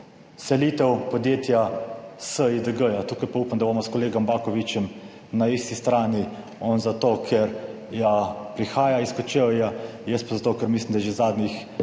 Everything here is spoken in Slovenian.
Selitev podjetja SiDG, tukaj pa upam, da bomo s kolegom Bakovićem na isti strani, on zato, ker ja prihaja iz Kočevja, jaz pa zato, ker mislim, da je že zadnjih,